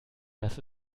das